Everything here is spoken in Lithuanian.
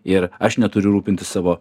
ir aš neturiu rūpintis savo